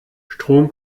strom